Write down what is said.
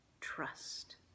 trust